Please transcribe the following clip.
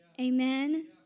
amen